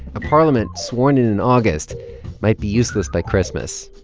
a parliament sworn in in august might be useless by christmas.